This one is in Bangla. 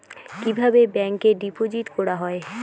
কিভাবে ব্যাংকে ডিপোজিট করা হয়?